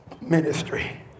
ministry